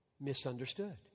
misunderstood